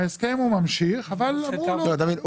ההסכם ממשיך, אבל אמרו לו --- אתה מבין?